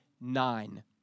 nine